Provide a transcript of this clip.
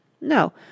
No